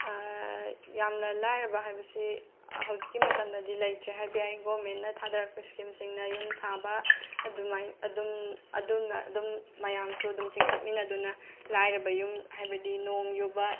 ꯌꯥꯝꯅ ꯂꯥꯏꯔꯕ ꯍꯥꯏꯕꯁꯤ ꯍꯧꯖꯤꯛꯀꯤ ꯃꯇꯝꯗꯗꯤ ꯂꯩꯇ꯭ꯔꯦ ꯍꯥꯏꯕ ꯌꯥꯏ ꯒꯣꯔꯃꯦꯟꯅ ꯊꯥꯗꯔꯛꯄ ꯁ꯭ꯀꯤꯝꯁꯤꯡꯅ ꯌꯨꯝ ꯁꯥꯕ ꯑꯗꯨꯃꯥꯏꯅ ꯑꯗꯨꯝ ꯑꯗꯨꯅ ꯑꯗꯨꯝ ꯃꯌꯥꯝꯁꯨ ꯑꯗꯨꯝ ꯆꯤꯡꯈꯠꯃꯤꯟꯅꯗꯨꯅ ꯂꯥꯏꯔꯕ ꯌꯨꯝ ꯍꯥꯏꯕꯗꯤ ꯅꯣꯡ ꯌꯨꯕ